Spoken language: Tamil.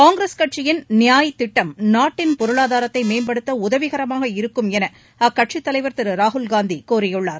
காங்கிரஸ் கட்சியின் நியாய் திட்டம் நாட்டின் பொருளாதாரத்தை மேம்படுத்த உதவிகரமாக இருக்கும் என அக்கட்சித்தலைவர் திரு ராகுல் காந்தி கூறியுள்ளார்